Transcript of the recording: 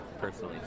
personally